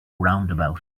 roundabout